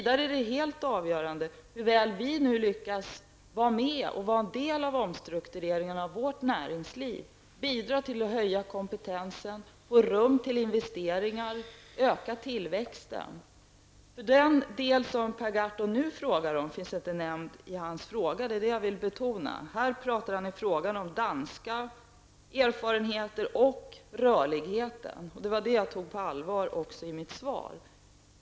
Det är också helt avgörande hur väl vi lyckas vara med och vara en del när det gäller omstruktureringen av vårt näringsliv, bidra till att höja kompetensen och få rum med investeringar och öka tillväxten. Den del som Per Gahrton nu frågar om finns inte nämnd i hans fråga, och det vill jag betona. I frågan talar han om danska erfarenheter och rörligheten. Och det var detta som jag tog på allvar också i mitt svar.